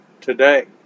today